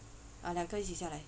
啊两个一起下来